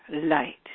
light